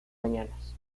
mañanas